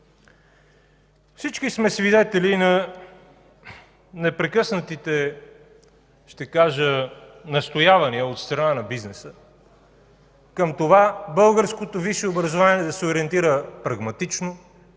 Всички сме свидетели на непрекъснатите – ще кажа – настоявания от страна на бизнеса към това българското висше образование да се ориентира прагматично,